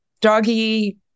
doggy